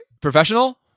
professional